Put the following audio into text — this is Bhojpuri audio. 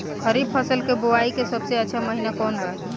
खरीफ फसल के बोआई के सबसे अच्छा महिना कौन बा?